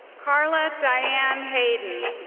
carla dianne hayden,